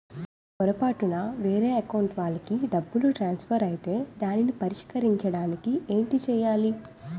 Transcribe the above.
పొరపాటున వేరే అకౌంట్ వాలికి డబ్బు ట్రాన్సఫర్ ఐతే దానిని పరిష్కరించడానికి ఏంటి చేయాలి?